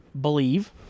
believe